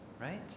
right